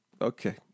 Okay